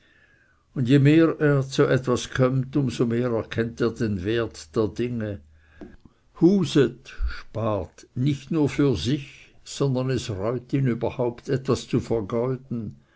und je mehr er zu etwas kömmt um so mehr erkennt er den wert der dinge huset nicht nur für sich sondern es reut ihn überhaupt etwas zu vergeuden